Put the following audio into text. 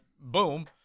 boom